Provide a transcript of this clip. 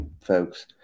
folks